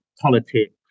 politics